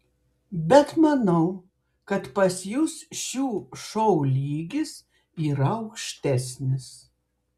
bet manau kad pas jus šių šou lygis yra aukštesnis